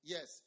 Yes